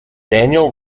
daniel